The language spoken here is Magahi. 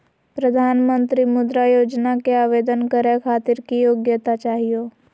प्रधानमंत्री मुद्रा योजना के आवेदन करै खातिर की योग्यता चाहियो?